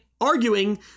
arguing